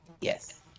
Yes